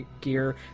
gear